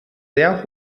sehr